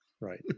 right